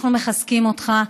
אנחנו מחזקים אותך,